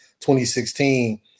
2016